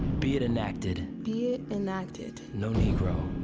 be it enacted. be it enacted. no negro.